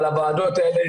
אבל הוועדות האלה,